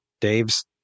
Dave's